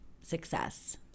success